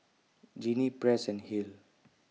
Genie Press and Hale